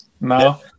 No